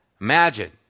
Imagine